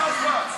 על מה ההצבעה?